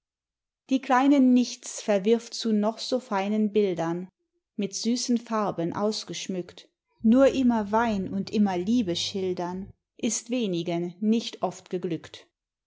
die kleinen nichts verwirf zu noch so feinen bildern mit süßen farben ausgeschmückt nur immer wein und immer liebe schildern ist wenigen nicht oft geglückt